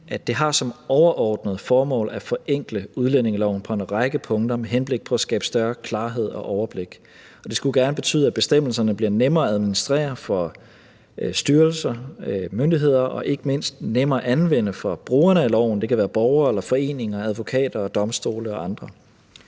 det har som overordnet formål at forenkle udlændingeloven på en række punkter med henblik på at skabe større klarhed og overblik. Det skulle gerne betyde, at bestemmelserne bliver nemmere at administrere for styrelser og myndigheder og ikke mindst nemmere at anvende for brugerne af loven. Det kan være borgere og foreninger, advokater og domstole og andre.